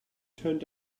turned